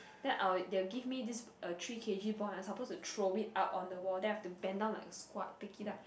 then I will they will give me this uh three K_G ball and I'm supposed to throw it up on the wall then I have to bend down like a squat pick it up